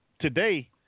today